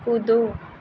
कूदो